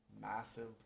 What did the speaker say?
massive